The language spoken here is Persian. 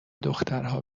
دخترها